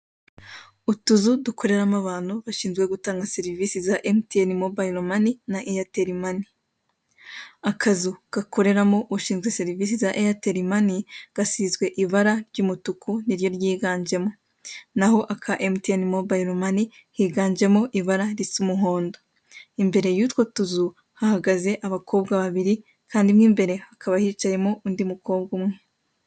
Utuzu dukoreramo abantu bashinzwe gutanga serivisi za emutiyeni mobayiro mani na eyateri mani. Akazu gakoreramo ushinzwe serivisi za eyateri mani gasizwe ibara ry'umutuku niryo ryiganjemo n'aho aka emutiyeni mobayiro mani higanjemo ibara risa umuhondo. Imbere y'utwo tuzu hahagaze abakobwa babiri kandi mo imbere hakaba hicayemo undi mukobwa umwe.